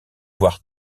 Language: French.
voir